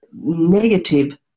negative